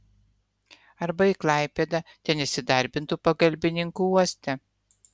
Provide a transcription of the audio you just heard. arba į klaipėdą ten įsidarbintų pagalbininku uoste